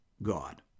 God